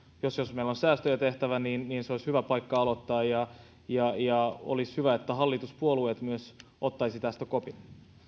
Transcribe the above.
jos jos meillä on säästöjä tehtävä se olisi hyvä paikka aloittaa ja ja olisi hyvä että hallituspuolueet myös ottaisivat tästä kopin